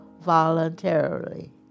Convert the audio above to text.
voluntarily